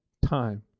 time